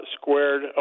squared